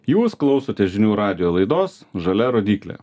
jūs klausotės žinių radijo laidos žalia rodyklė